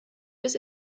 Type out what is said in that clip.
bis